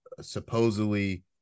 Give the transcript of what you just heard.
supposedly